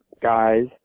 guys